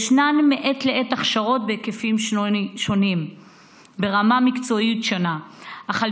מעת לעת יש הכשרות בהיקפים שונים ברמה מקצועית שונה אך על